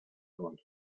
und